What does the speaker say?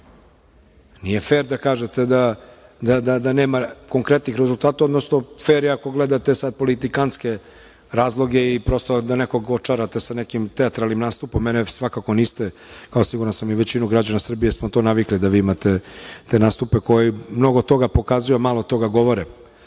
Nije fer da kažete da nema konkretnih rezultata, odnosno fer je ako gledate sada politikantske razloge i da nekog očarate sa nekim teatralnim nastupom. Mene svakako niste, kao, siguran sam i većinu građana, jer smo navikli da imate te nastupe koji mnogo toga pokazuju, a malo toga govore. Moram